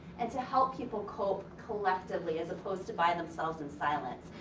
and to help people cope collectively as opposed to by themselves in silence?